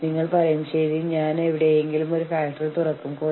അതിനാൽ നിങ്ങൾക്ക് ഒരു തൊഴിൽ കരാർ ഉണ്ട്